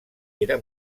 era